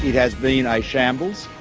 has been a shambles.